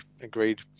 agreed